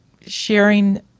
sharing